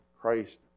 Christ